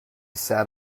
sat